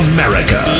America